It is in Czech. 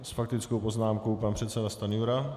S faktickou poznámkou pan předseda Stanjura.